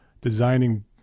designing